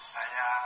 Saya